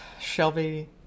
Shelby